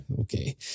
Okay